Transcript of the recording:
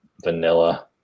vanilla